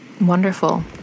Wonderful